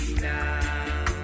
now